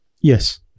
Yes